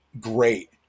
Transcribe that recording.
great